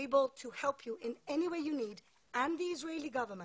וכל אחד לוקח חלק מהעבודה, אבל אין חמ"ל מרכזי